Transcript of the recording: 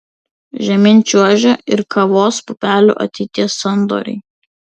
žemyn čiuožia ir kavos pupelių ateities sandoriai